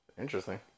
Interesting